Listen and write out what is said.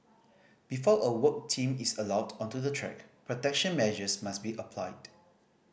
before a work team is allowed onto the track protection measures must be applied